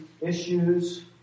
issues